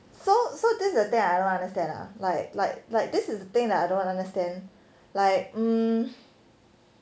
so so this is the thing I don't understand lah like like like this is the thing that I don't understand like um